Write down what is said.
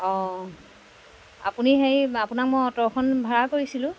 অ' আপুনি হেৰি আপোনাক মই অ'টোখন ভাড়া কৰিছিলোঁ